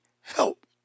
help